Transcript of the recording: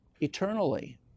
eternally